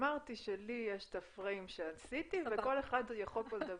אמרתי שלי יש את ה-frame שעשיתי וכל אחד יכול פה לדבר.